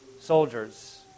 soldiers